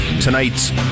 tonight's